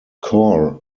corr